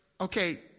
Okay